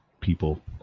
people